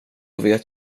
vet